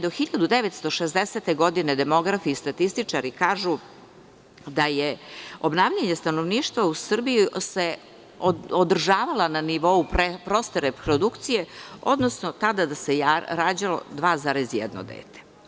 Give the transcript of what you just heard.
Do 1960. godine demografi i statističari kažu da se obnavljanje stanovništva u Srbiji održavalo na nivou proste reprodukcije, odnosno da se tada rađalo 2,1 dete.